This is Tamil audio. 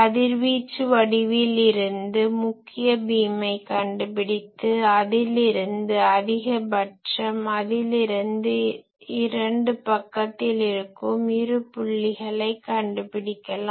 கதிர்வீச்சு வடிவில் இருந்து முக்கிய பீமை கண்டுபிடித்து அதிலிருந்து அதிகபட்சம் அதிலிருந்து இரண்டு பக்கத்தில் இருக்கும் இரு புள்ளிகளை கண்டுபிடிக்கலாம்